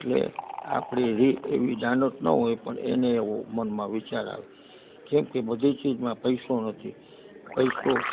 એટલે આપણે કંઈ એવી દાનત ન હોય પણ એને એવો મનમાં વિચાર આવે કેમકે બધી ચીજમાં પૈસો નથી પૈસો